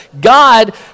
God